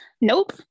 nope